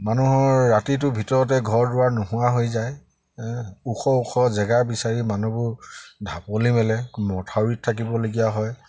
মানুহৰ ৰাতিটোৰ ভিতৰতে ঘৰ দুৱাৰ নোহোৱা হৈ যায় ওখ ওখ জেগা বিচাৰি মানুহবোৰ ঢাপলি মেলে মথাউৰিত থাকিবলগীয়া হয়